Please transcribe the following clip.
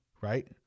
Right